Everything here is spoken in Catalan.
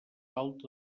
alta